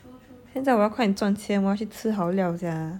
现在我要快点赚钱我要去吃好料 sia